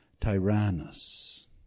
Tyrannus